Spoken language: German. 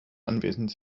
anwesend